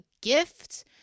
gift